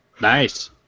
Nice